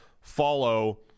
follow